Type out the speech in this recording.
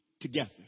together